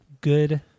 good